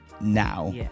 now